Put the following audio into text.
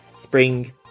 spring